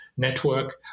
network